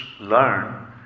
learn